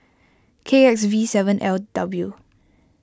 K X V seven L W